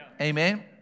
Amen